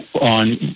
on